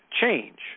change